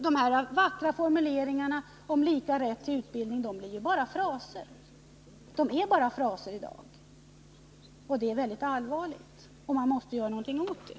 De vackra formuleringarna om lika rätt till utbildning är bara fraser i dag. Det är väldigt allvarligt, och man mäste göra någonting åt det.